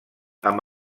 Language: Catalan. amb